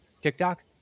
TikTok